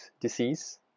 disease